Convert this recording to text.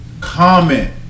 comment